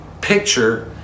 picture